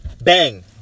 Bang